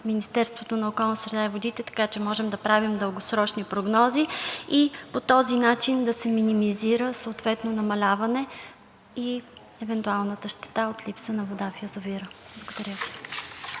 Министерството на околната среда и водите, така че можем да правим дългосрочни прогнози и по този начин да се минимизира съответно намаляване и евентуалната щета от липса на вода в язовира. Благодаря